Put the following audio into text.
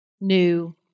new